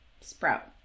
Sprout